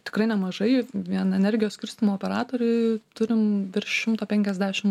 tikrai nemažai vien energijos skirstymo operatoriuj turim virš šimto penkiasdešim